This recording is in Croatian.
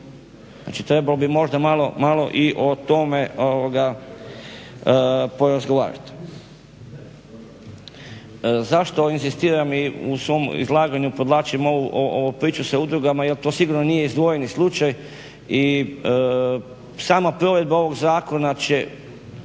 Znači trebalo bi možda malo i o tome porazgovarati. Zašto inzistiram u svom izlaganju podvlačim ovu priču sa udrugama jer to sigurno nije izdvojeni slučaj i sama provedba ovog zakona će